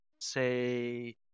say